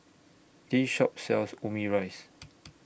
This Shop sells Omurice